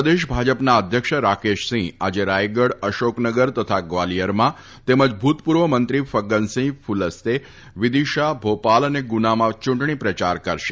પ્રદેશ ભાજપના અધ્યક્ષ રાકેશ સિંફ આજે રાયગઢ અશોકનગર તથા ગ્વાલીયરમાં તેમજ ભૂતપૂર્વ મંત્રી ફગ્ગનસિંહ્ કુલસ્તે વિદીશા ભોપાલ તથા ગુનામાં ચૂંટણી પ્રચાર કરશે